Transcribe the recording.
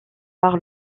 par